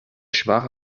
schwach